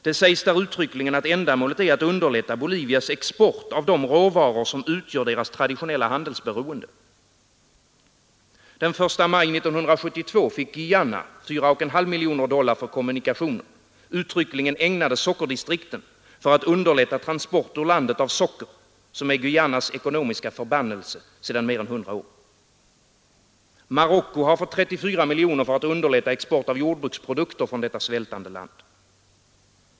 Det sägs därvid uttryckligen att ändamålet är att underlätta Bolivias export av de råvaror som utgör deras traditionella handelsberoende. Den 1 maj 1972 fick Guayana 4,5 miljoner dollar för kommunikationer, uttryckligen ägnade sockerdistrikten för att underlätta transport ur landet av socker, som är Guayanas ekonomiska förbannelse sedan mer än 100 år. Marocko har fått 34 miljoner för att underlätta export av jordbruksprodukter från detta svältande land.